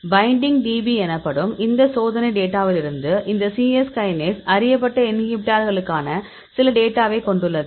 binding DB எனப்படும் இந்த சோதனை டேட்டாவிலிருந்து இந்த சிஎஸ் கைனேஸ் அறியப்பட்ட இன்ஹிபிட்டார்களுக்கான சில டேட்டாவை கொண்டுள்ளது